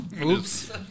Oops